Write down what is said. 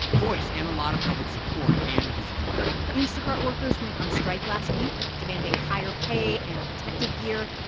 a voice and a lot of public support and visibility instacart workers went on strike last week, demanding higher pay and protective gear.